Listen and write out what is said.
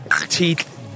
teeth